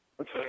Okay